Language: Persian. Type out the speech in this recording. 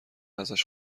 ازش